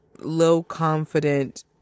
low-confident